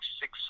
six